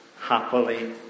happily